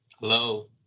Hello